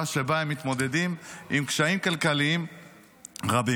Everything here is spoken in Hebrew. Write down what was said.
שבה הם מתמודדים עם קשיים כלכליים רבים.